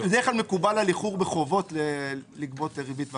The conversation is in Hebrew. בדרך כלל מקובל על איחור בחובות לגבות ריבית והצמדה.